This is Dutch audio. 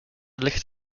ligt